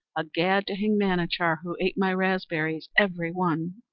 a gad to hang manachar, who ate my raspberries every one.